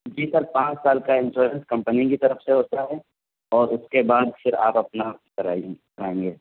جی sir پانچ سال کا انسورنس کمپنی کی طرف سے ہوتا ہے اور اس کے بعد پھر آپ اپنا کرائیے کرائیں گے